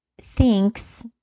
thinks